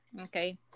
Okay